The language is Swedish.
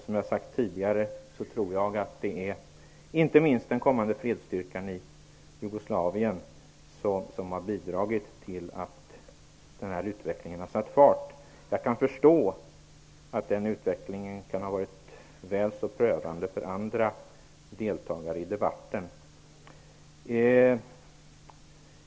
Som jag har sagt tidigare tror jag att det inte minst är den kommande fredsstyrkan i Jugoslavien som har bidragit till att denna utveckling har satt fart. Jag kan förstå att den utvecklingen kan ha varit väl så prövande för andra deltagare i debatten.